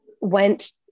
Went